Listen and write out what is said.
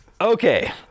Okay